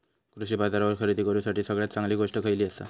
कृषी बाजारावर खरेदी करूसाठी सगळ्यात चांगली गोष्ट खैयली आसा?